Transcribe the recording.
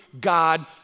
God